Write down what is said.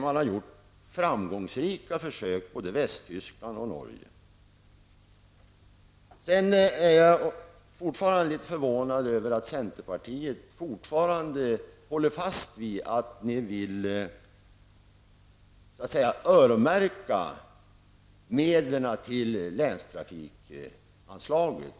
Man har gjort framgångsrika försök både i Västtyskland och Jag är också litet förvånad över att ni i centerpartiet fortfarande håller fast vid att ni vill öronmärka medlen till länstrafikanslaget.